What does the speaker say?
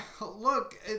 Look